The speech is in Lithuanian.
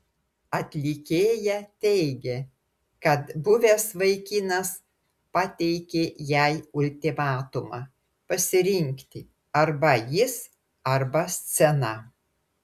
atlikėja teigė kad buvęs vaikinas pateikė jai ultimatumą pasirinkti arba jis arba scena